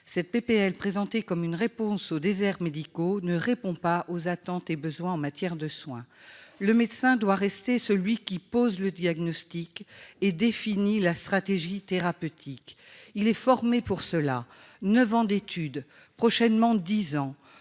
cette PPL présentée comme une réponse aux déserts médicaux ne répond pas aux attentes et besoins en matière de soins, le médecin doit rester celui qui pose le diagnostic est défini la stratégie thérapeutique. Il est formé pour cela, 9 ans d'études prochainement 10 ans